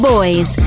Boys